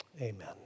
Amen